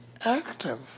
active